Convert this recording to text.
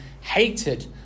hated